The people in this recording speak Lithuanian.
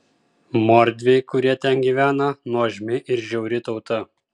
mordviai kurie ten gyvena nuožmi ir žiauri tauta